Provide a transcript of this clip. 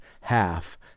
half